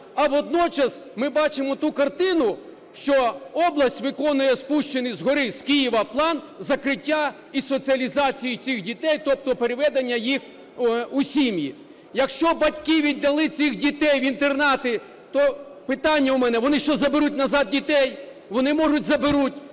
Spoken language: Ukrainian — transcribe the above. А водночас ми бачимо ту картину, що область виконує спущений згори, з Києва, план закриття і соціалізації цих дітей, тобто переведення їх у сім'ї. Якщо батьки віддали цих дітей в інтернати, то питання у мене: вони що, заберуть назад дітей? Вони, може, заберуть,